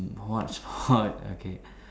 what sport okay